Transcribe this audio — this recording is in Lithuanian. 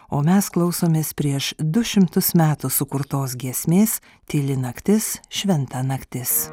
o mes klausomės prieš du šimtus metų sukurtos giesmės tyli naktis šventa naktis